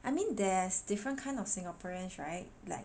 I mean there's different kind of Singaporeans right like